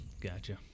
Gotcha